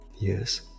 Yes